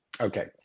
Okay